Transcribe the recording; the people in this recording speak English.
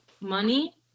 money